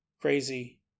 Crazy